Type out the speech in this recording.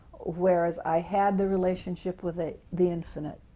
whereas i had the relationship with ah the infinite,